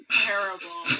terrible